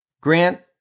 Grant